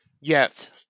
Yes